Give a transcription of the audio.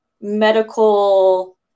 medical